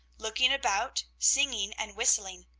looking about, singing and whistling.